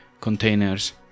containers